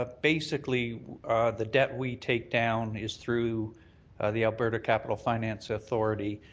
ah basically the debt we take down is through the alberta capital finance authority,